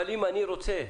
אבל אם אני רוצה,